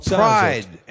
pride